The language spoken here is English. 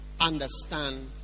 understand